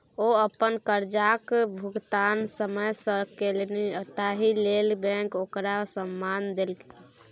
ओ अपन करजाक भुगतान समय सँ केलनि ताहि लेल बैंक ओकरा सम्मान देलनि